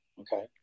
Okay